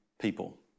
people